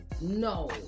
no